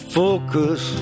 focus